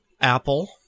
Apple